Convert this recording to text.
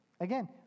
Again